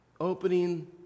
opening